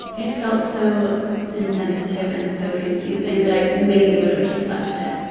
it felt so insensitive and so confusing that i maybe would've just left it